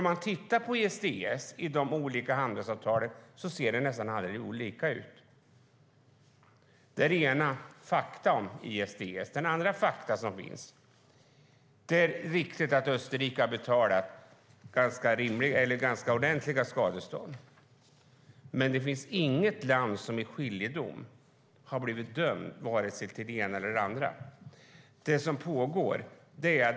Om man tittar på ISDS i de olika handelsavtalen ser det nästan aldrig likadant ut. Det är rena fakta om ISDS. Det är riktigt att Österrike har betalat ganska ordentliga skadestånd. Men det finns inget land som i skiljedom har blivit dömt till vare sig det ena eller det andra.